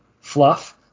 fluff